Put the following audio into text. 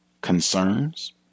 concerns